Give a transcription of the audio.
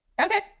Okay